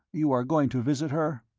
you are going to visit her?